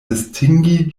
distingi